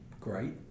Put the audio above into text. great